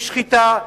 בשחיטה,